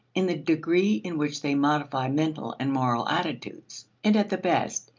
in the degree in which they modify mental and moral attitudes. and at the best,